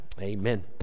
amen